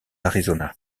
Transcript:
arizona